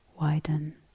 widen